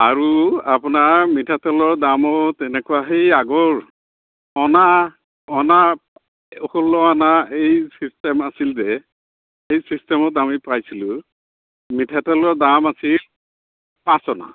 আৰু আপোনাৰ মিঠাতেলৰ দামো তেনেকুৱা সেই আগৰ অনা অনা ষোল্ল অনা এই চিষ্টেম আছিল যে সেই চিষ্টেমত আমি পাইছিলোঁ মিঠাতেলৰ দাম আছিল পাঁচ অনা